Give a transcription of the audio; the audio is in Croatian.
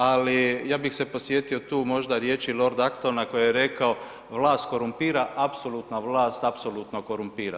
Ali ja bih se podsjetio tu možda riječi Lord Aktona koji je rekao „vlast korumpira, apsolutna vlast apsolutno korumpira“